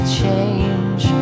change